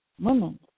women